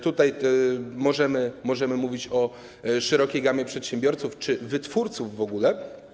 Tutaj możemy mówić o szerokiej gamie przedsiębiorców czy wytwórców w ogóle.